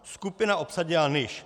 Skupina obsadila Niš.